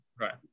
Right